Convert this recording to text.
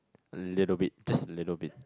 little bit just little bit